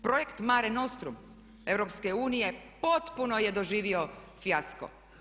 Projekt "Mare nostrum" EU potpuno je doživio fijasko.